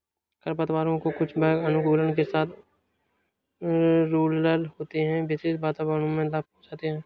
खरपतवारों के कुछ वर्ग अनुकूलन के साथ रूडरल होते है, विशेष वातावरणों में लाभ पहुंचाते हैं